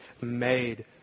made